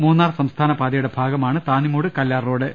മൂന്നാർ സംസ്ഥാന പാതയുടെ ഭാഗമാണ് താന്നിമൂട് കല്ലാർ റോഡ്